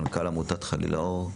מנכ"ל עמותת "חליל האור",